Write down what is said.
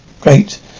Great